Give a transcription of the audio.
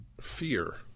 fear